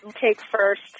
take-first